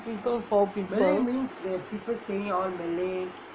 people four people